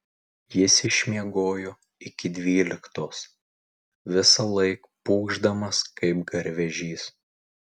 jis išmiegojo iki dvyliktos visąlaik pūkšdamas kaip garvežys